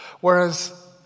Whereas